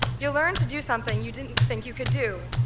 you'll learn to do something you didn't think you could do.